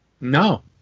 No